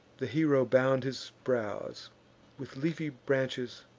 the hero bound his brows with leafy branches,